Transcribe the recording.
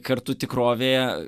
kartu tikrovėje